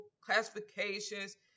classifications